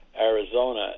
Arizona